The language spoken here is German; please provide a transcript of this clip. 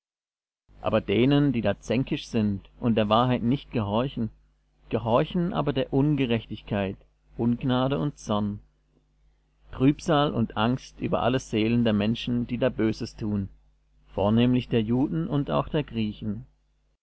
aber denen die da zänkisch sind und der wahrheit nicht gehorchen gehorchen aber der ungerechtigkeit ungnade und zorn trübsal und angst über alle seelen der menschen die da böses tun vornehmlich der juden und auch der griechen